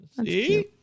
See